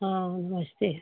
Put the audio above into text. हाँ नमस्ते